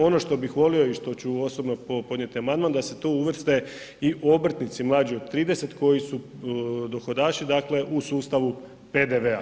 Ono što bih volio i što ću osobno podnijeti amandman da se tu uvrste i obrtnici mlađi od 30 koji su dohodaši dakle u sustavu PDV-a.